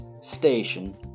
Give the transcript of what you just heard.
Station